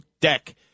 deck